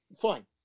fine